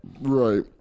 Right